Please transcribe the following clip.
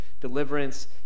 deliverance